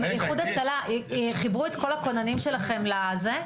איחוד הצלה חיברו את כל הכוננים שלכם לזה?